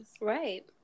right